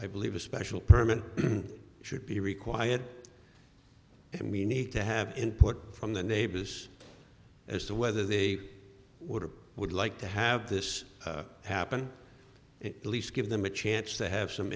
i believe a special permit should be required i mean need to have input from the neighbors as to whether they would or would like to have this happen it least give them a chance to have some